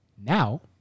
Now